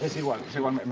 he wants to um and